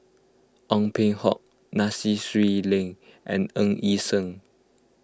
Ong Peng Hock Nai Sea Swee Leng and Ng Yi Sheng